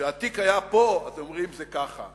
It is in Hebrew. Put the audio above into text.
כשהטיק היה פה, אז היו אומרים: זה כך.